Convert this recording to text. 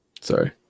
Sorry